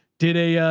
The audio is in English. did a, ah,